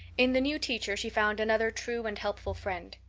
in the new teacher she found another true and helpful friend.